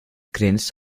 grenzt